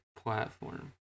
platform